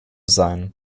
sein